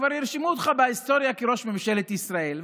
כבר ירשמו אותך בהיסטוריה כראש ממשלת ישראל,